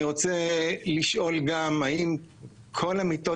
אני רוצה לשאול גם האם כל המיטות